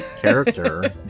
character